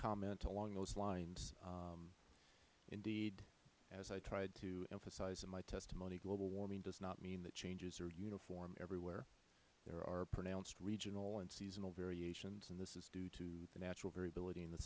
comment along those lines indeed as i tried to emphasize in my testimony global warming does not mean that changes are uniform everywhere there are pronounced regional and seasonal variations and this is due to the natural variability in the